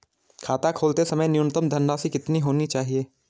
खाता खोलते समय न्यूनतम धनराशि कितनी होनी चाहिए?